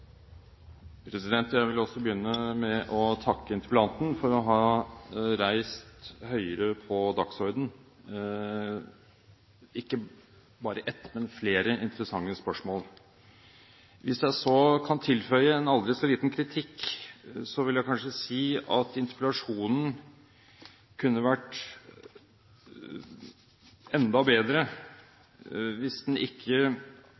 Også jeg vil begynne med å takke interpellanten for å ha satt høyere på dagsordenen ikke bare ett, men flere interessante spørsmål. Hvis jeg så kan tilføye en aldri så liten kritikk, vil jeg kanskje si at interpellasjonen kunne vært enda bedre hvis man ikke